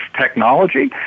technology